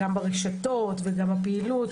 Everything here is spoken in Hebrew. גם ברשתות וגם הפעילות,